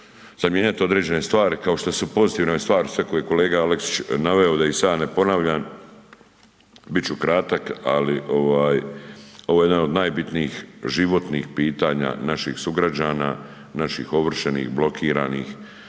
za mijenjat određene stvari kao što su pozitivne stvari sve koje je kolega Aleksić naveo, da ih sad ne ponavljam, bit ću kratak, ali ovo je jedan od najbitnijih životnih pitanja naših sugrađana, naših ovršenih, blokiranih